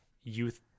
youth